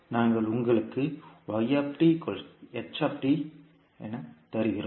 நாங்கள் உங்களுக்கு தருகிறோம்